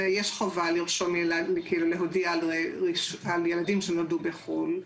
יש חובה להודיע על ילדים שנולדו בחו"ל.